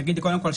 קודם כול,